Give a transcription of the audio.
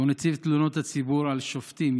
שהוא נציב תלונות ציבור על שופטים,